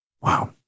Wow